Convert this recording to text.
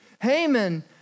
Haman